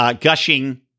Gushing